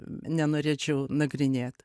nenorėčiau nagrinėt